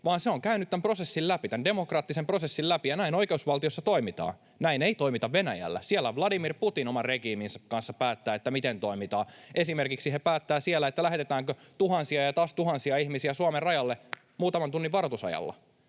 vaan se on käynyt tämän prosessin läpi, tämän demokraattisen prosessin läpi, ja näin oikeusvaltiossa toimitaan. Näin ei toimita Venäjällä. Siellä Vladimir Putin oman regiiminsä kanssa päättää, miten toimitaan. He päättävät siellä esimerkiksi, lähetetäänkö tuhansia ja taas tuhansia ihmisiä Suomen rajalle muutaman tunnin varoitusajalla.